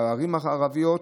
בערים הערביות,